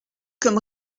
comme